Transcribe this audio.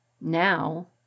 Now